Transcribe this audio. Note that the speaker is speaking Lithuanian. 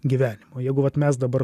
gyvenimo jeigu vat mes dabar